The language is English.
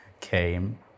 came